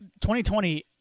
2020